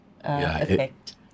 effect